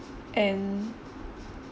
and